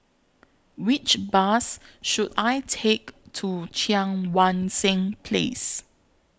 Which Bus should I Take to Cheang Wan Seng Place